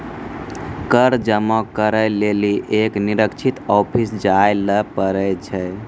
कर जमा करै लेली एक निश्चित ऑफिस जाय ल पड़ै छै